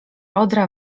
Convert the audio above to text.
odra